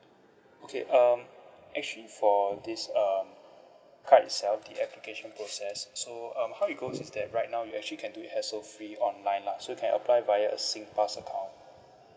okay um actually for this uh card itself the application process so um how it goes is that right now you actually can do it hassle free online lah so you can apply via a singpass account